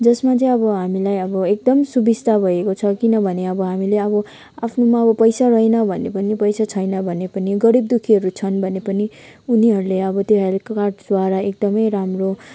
जसमा चाहिँ हामीलाई अब एकदम सुविस्ता भएको छ किनभने हामीलाई अब आफ्नोमा अब पैसा रहेन भने पनि पैसा छैन भने पनि गरीब दुःखीहरू छन् भने पनि उनीहरूले अब त्यो हेल्थको कार्डद्वारा एकदमै राम्रो